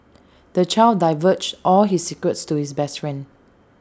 the child divulged all his secrets to his best friend